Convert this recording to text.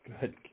Good